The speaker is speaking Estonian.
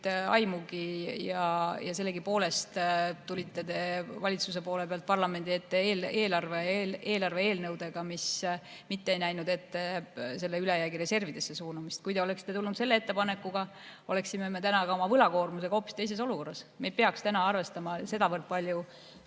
aimu. Ja sellegipoolest tulite te valitsuse poole pealt parlamendi ette eelarve eelnõudega, mis ei näinud ette eelarve ülejäägist mitte [mingi summa] reservidesse suunamist. Kui te oleksite tulnud selle ettepanekuga, oleksime me täna oma võlakoormusega hoopis teises olukorras. Me ei peaks arvestama sedavõrd palju